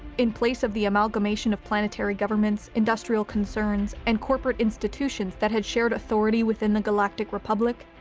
in place of the amalgamation of planetary governments, industrial concerns, and corporate institutions that had shared authority within the galactic republic,